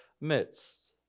midst